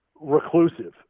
reclusive